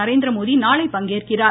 நரேந்திரமோடி நாளை பங்கேற்கிறார்